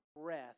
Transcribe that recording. breath